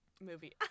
movie